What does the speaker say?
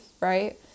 right